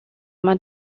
más